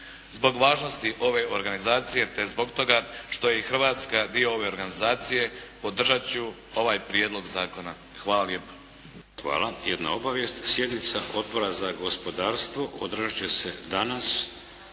Zbog važnosti ove organizacije, te zbog toga što je i Hrvatska dio ove organizacije, podržat ću ovaj prijedloga zakona. Hvala lijepo.